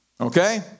Okay